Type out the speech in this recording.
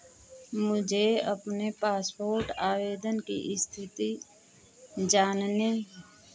मुझे अपने पासपोर्ट आवेदन की स्थिति जानने